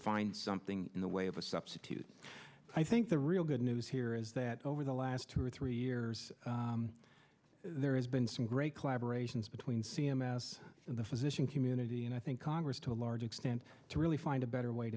find something in the way of a substitute i think the real good news here is that over the last two or three years there has been some great collaboration between c m s the physician community and i think congress to a large extent to really find a better way